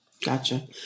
gotcha